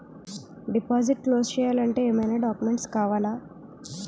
Deposit close చేయాలి అంటే ఏమైనా డాక్యుమెంట్స్ కావాలా?